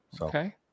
Okay